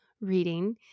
reading